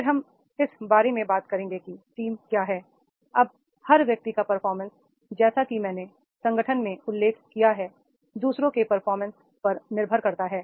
फिर हम इस बारे में बात करेंगे कि टीम क्या है अब हर व्यक्ति का परफॉर्मेंस जैसा कि मैंने संगठन में उल्लेख किया है दू सरों के परफॉर्मेंस पर निर्भर करता है